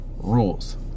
rules